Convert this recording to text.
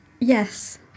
Yes